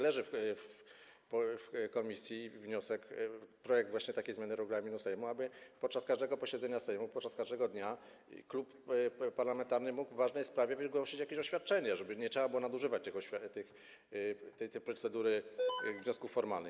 Leży w komisji wniosek, projekt właśnie takiej zmiany regulaminu Sejmu, aby podczas każdego posiedzenia Sejmu, podczas każdego dnia klub parlamentarny mógł w ważnej sprawie wygłosić jakieś oświadczenie, żeby nie trzeba było nadużywać tej procedury wniosków formalnych.